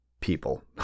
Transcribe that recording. people